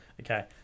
Okay